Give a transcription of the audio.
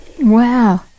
Wow